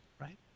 right